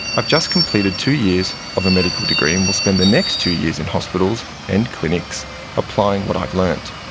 i've just completed two years of a medical degree and will spend the next two years in hospitals and clinics applying what i've learnt.